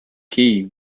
key